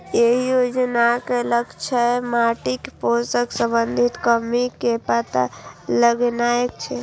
एहि योजनाक लक्ष्य माटिक पोषण संबंधी कमी के पता लगेनाय छै